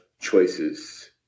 choices